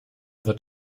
wird